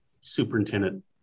superintendent